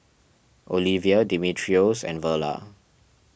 Olevia Dimitrios and Verla